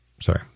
Sorry